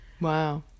wow